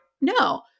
No